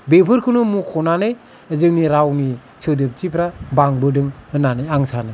बेफोरखौनो मख'नानै जोंनि रावनि सोदोबथिफोरा बांबोदों होन्नानै आं सानो